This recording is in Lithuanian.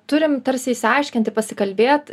turim tarsi išsiaiškinti pasikalbėt